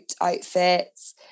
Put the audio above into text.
outfits